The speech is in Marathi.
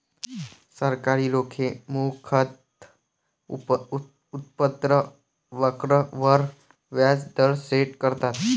सरकारी रोखे मुख्यतः उत्पन्न वक्र वर व्याज दर सेट करतात